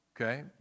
Okay